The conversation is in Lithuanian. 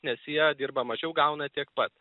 nes jie dirba mažiau gauna tiek pat